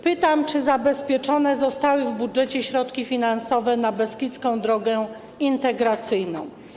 Pytam, czy zabezpieczone zostały w budżecie środki finansowe na Beskidzką Drogę Integracyjną.